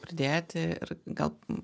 pridėti ir gal